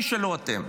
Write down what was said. תשאלו אתם.